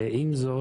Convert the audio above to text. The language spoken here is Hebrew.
עם זאת,